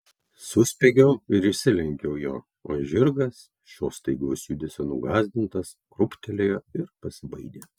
suspiegiau ir išsilenkiau jo o žirgas šio staigaus judesio nugąsdintas krūptelėjo ir pasibaidė